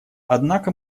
однако